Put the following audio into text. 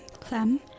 Clem